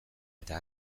eta